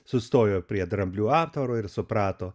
sustojo prie dramblių aptvaro ir suprato